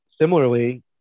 similarly